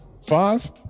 Five